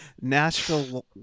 Nashville